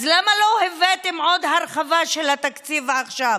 אז למה לא הבאתם עוד הרחבה של התקציב עכשיו?